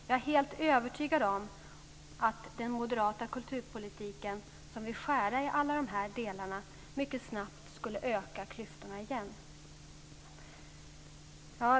Jag är också helt övertygad om att den moderata kulturpolitiken, som vill skära i alla dessa delar, mycket snabbt skulle öka klyftorna igen.